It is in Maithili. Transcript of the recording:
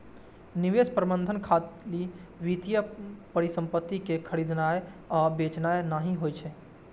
निवेश प्रबंधन खाली वित्तीय परिसंपत्ति कें खरीदनाय आ बेचनाय नहि होइ छै